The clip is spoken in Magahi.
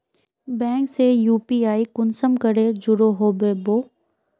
बैंक से यु.पी.आई कुंसम करे जुड़ो होबे बो?